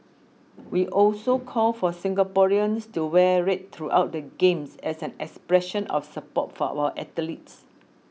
we also call for Singaporeans to wear red throughout the Games as an expression of support for our athletes